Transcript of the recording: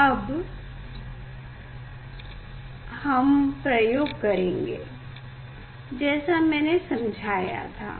अब हम प्रयोग करेंगे जैसा मैंने समझाया था